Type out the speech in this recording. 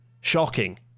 shocking